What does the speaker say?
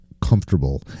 comfortable